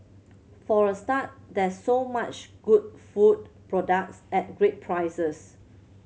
for a start there's so much good food products at great prices